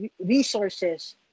resources